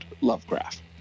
Lovecraft